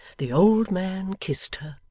the old man kissed her,